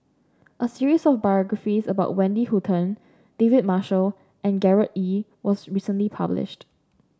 a series of biographies about Wendy Hutton David Marshall and Gerard Ee was recently published